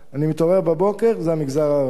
אני מתעורר בבוקר, זה המגזר הערבי,